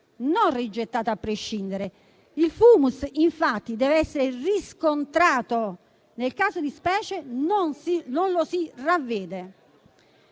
non rigettata a prescindere. Il *fumus*, infatti, dev'essere riscontrato e nel caso di specie non lo si ravvede.